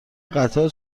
قطار